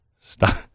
Stop